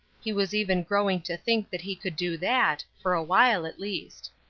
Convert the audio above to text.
he was even growing to think that he could do that, for a while at least.